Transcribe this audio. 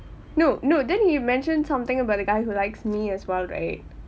no no then he mentioned something about a guy who likes me as well right